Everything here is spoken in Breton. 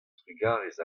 trugarez